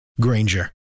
Granger